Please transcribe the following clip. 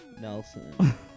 Nelson